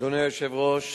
אדוני היושב-ראש,